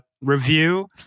review